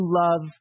love